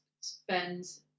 spends